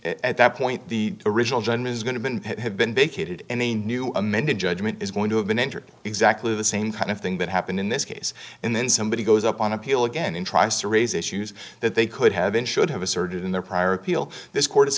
at that point the original john is going to have been vacated and a new amended judgment is going to have been entered exactly the same kind of thing that happened in this case and then somebody goes up on appeal again in tries to raise issues that they could have been should have asserted in their prior appeal this court